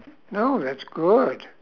no that's good